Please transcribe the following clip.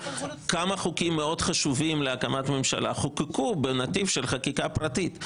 כמה חוקים מאוד חשובים להקמת ממשלה חוקקו בנתיב של חקיקה פרטית,